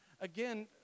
again